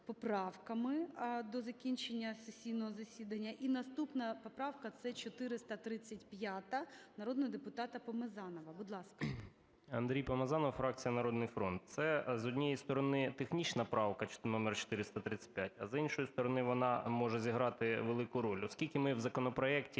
поправками до закінчення сесійного засідання. І наступна поправка – це 435-а, народного депутата Помазанова. Будь ласка. 13:42:43 ПОМАЗАНОВ А.В. Андрій Помазанов, фракція "Народний фронт". Це, з однієї сторони, технічна правка, номер 435, а, з іншої сторони, вона може зіграти велику роль. Оскільки ми в законопроекті